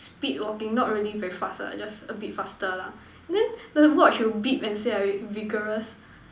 speed walking not really very fast ah just a bit faster lah then the watch will beep and say I vigorous